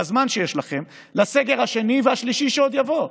בזמן שיש לכם, לסגר השני והשלישי שעוד יבואו,